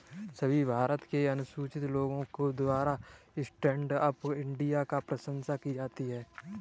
सभी भारत के अनुसूचित लोगों के द्वारा स्टैण्ड अप इंडिया की प्रशंसा की जाती है